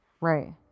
Right